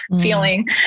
feeling